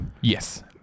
Yes